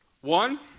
One